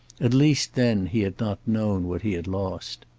at least then he had not known what he had lost.